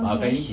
okay